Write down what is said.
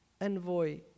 envoy